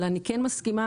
אבל אני כן מסכימה,